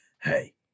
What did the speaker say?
hey